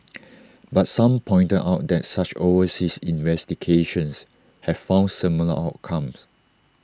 but some pointed out that such overseas investigations have found similar outcomes